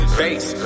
face